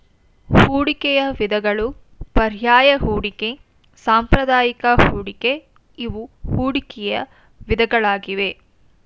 ಹೂಡಿಕೆಯ ವಿಧಗಳು ಪರ್ಯಾಯ ಹೂಡಿಕೆ, ಸಾಂಪ್ರದಾಯಿಕ ಹೂಡಿಕೆ ಇವು ಹೂಡಿಕೆಯ ವಿಧಗಳಾಗಿವೆ